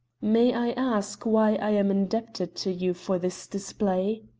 may i ask why i am indebted to you for this display?